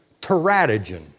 Teratogen